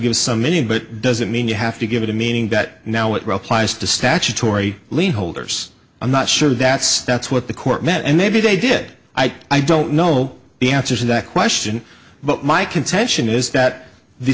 give some meaning but it doesn't mean you have to give it a meaning that now it replies to statutory leaseholders i'm not sure that's that's what the court met and maybe they did i don't know the answer to that question but my contention is that the